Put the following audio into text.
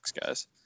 guys